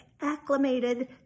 acclimated